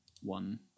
one